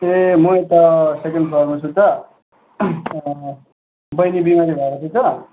ए म यता सेकेन्ड फ्लोरमा छु त बहिनी बिमारी भएर चाहिँ छ